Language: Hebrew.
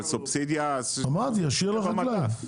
אמרתי ישיר לחקלאי.